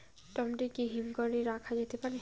Tomato কি হিমঘর এ রাখা যেতে পারে?